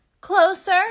closer